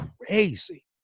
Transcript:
crazy